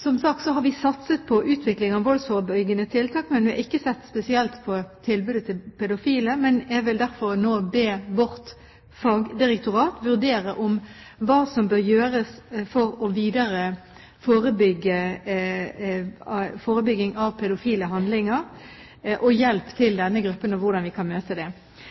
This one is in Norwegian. Som sagt, har vi satset på utbygging av voldsforebyggende tiltak, men vi har ikke sett spesielt på tilbudet til pedofile. Jeg vil derfor nå be vårt fagdirektorat vurdere hva som bør gjøres for videre forebygging av pedofile handlinger og hjelp til denne gruppen, og hvordan vi kan møte dem. Så har det